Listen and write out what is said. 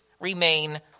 Remain